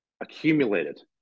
accumulated